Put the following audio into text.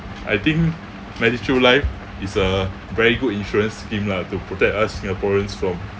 I think medishield life is a very good insurance scheme lah to protect us singaporeans from